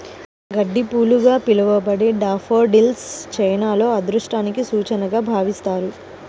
గడ్డిపూలుగా పిలవబడే డాఫోడిల్స్ చైనాలో అదృష్టానికి సూచికగా భావిస్తారు